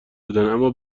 بودند، اما